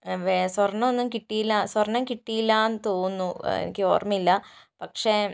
സ്വർണ്ണം ഒന്നും കിട്ടിയില്ല സ്വർണം കിട്ടിയില്ലെന്ന് തോന്നുന്നു എനിക്ക് ഓർമ്മയില്ല പക്ഷെ